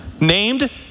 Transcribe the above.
named